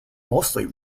mostly